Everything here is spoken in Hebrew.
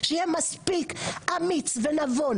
יש מקום לשקול את הנושא,